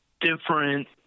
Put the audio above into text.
different